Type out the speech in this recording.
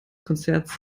konzerts